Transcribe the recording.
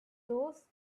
those